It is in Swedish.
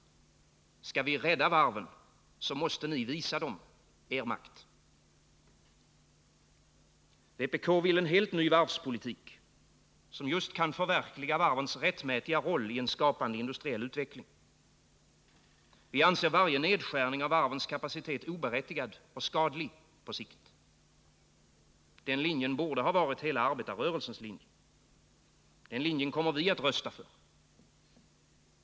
Skall vi rädda varven, måste ni visa dem er makt. Vpk vill en helt ny varvspolitik, som kan förverkliga varvens rättmätiga roll i en skapande industriell utveckling. Vi anser varje nedskärning av varvens kapacitet oberättigad och skadlig på sikt. Den linjen borde ha varit hela arbetarrörelsens linje. Den linjen kommer vi att rösta för.